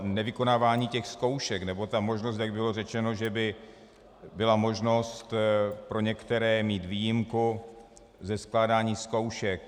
Nevykonávání zkoušek nebo ta možnost, jak bylo řečeno, že by byla možnost pro některé mít výjimku ze skládání zkoušek.